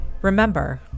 Remember